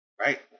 Right